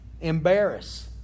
Embarrass